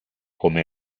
come